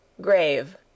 Grave